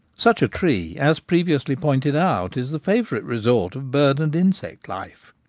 such a tree, as previously pointed out, is the favourite resort of bird and insect life.